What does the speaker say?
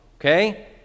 okay